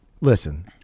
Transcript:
listen